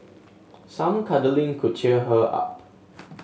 some cuddling could cheer her up